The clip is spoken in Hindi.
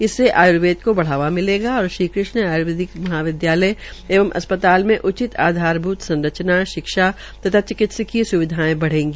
इससे आय्र्वेद को बढ़ावा मिलेगा और श्रीकृष्णा आय्र्वेदिक महाविद्यालय एवं अस्पताल में उचित आधारभूत संरचना शैक्षणिक तथा चिकित्सकीय स्विधाएं बढेगी